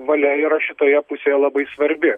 valia yra šitoje pusėje labai svarbi